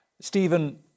Stephen